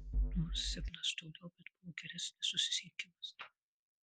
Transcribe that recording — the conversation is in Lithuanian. nors simnas toliau bet buvo geresnis susisiekimas